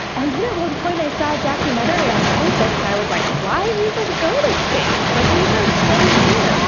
and then at one point i saw a documentary on jellyfish and i was like, why even go to space? like these are so weird! ahhhh,